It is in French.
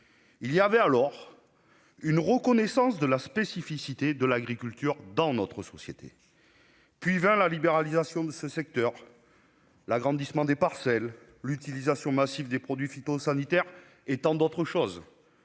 Il y avait alors une reconnaissance de la spécificité de l'agriculture dans notre société. Puis vint la libéralisation de ce secteur, l'agrandissement des parcelles, l'utilisation massive des produits phytosanitaires et tant d'autres choses